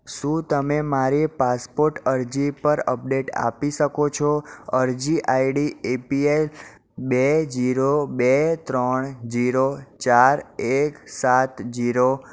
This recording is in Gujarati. શું તમે મારી પાસપોટ અરજી પર અપડેટ આપી શકો છો અરજી આયડી એપીએલ બે જીરો બે ત્રણ જીરો ચાર એક સાત જીરો